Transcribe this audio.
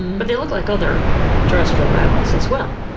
but they look like other terrestrial mammals as well.